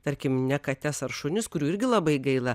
tarkim ne kates ar šunis kurių irgi labai gaila